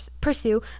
pursue